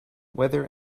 weather